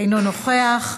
אינו נוכח.